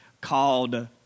called